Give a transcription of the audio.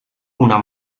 una